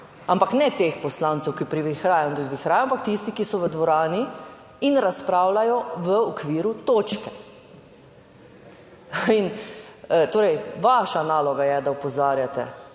ampak ne teh poslancev, ki privihrajo in odvihrajo, ampak tisti, ki so v dvorani in razpravljajo v okviru točke. In, torej vaša naloga je, da opozarjate